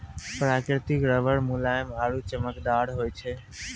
प्रकृतिक रबर मुलायम आरु चमकदार होय छै